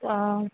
અઅ